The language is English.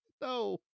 no